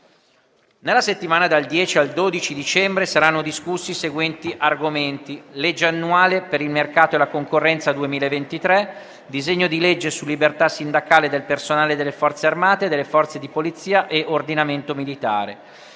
Nella settimana dal 10 al 12 dicembre saranno discussi i seguenti argomenti: legge annuale per il mercato e la concorrenza 2023; disegno di legge su libertà sindacale del personale delle Forze armate e delle Forze di polizia a ordinamento militare;